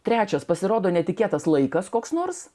trečias pasirodo netikėtas laikas koks nors